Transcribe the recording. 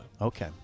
Okay